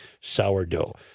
sourdough